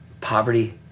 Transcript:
poverty